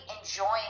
enjoying